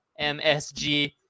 msg